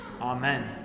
Amen